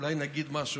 אולי נגיד משהו